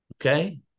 Okay